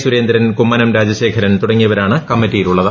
സുരേന്ദ്രൻ കുമ്മനം രാജശേഖരൻ തുടങ്ങിയവരാണ് കമ്മിറ്റിയിലുള്ളത്